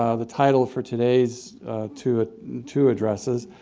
ah the title for today's two ah two addresses.